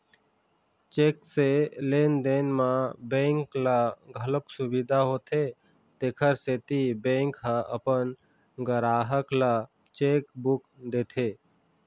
cheque से लेन देन म बेंक ल घलोक सुबिधा होथे तेखर सेती बेंक ह अपन गराहक ल चेकबूक देथे